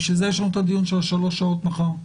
בשביל זה נערוך דיון של שלוש שעות מחר.